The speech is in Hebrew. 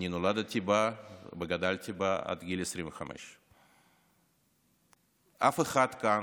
אני נולדתי בה וגדלתי בה עד גיל 25. אף אחד כאן,